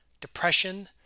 depression